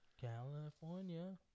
California